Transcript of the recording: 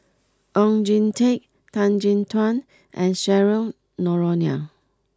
Oon Jin Teik Tan Chin Tuan and Cheryl Noronha